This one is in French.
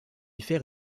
faire